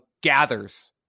gathers